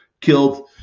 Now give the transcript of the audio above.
killed